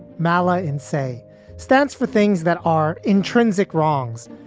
marla ensay stands for things that are intrinsic wrongs,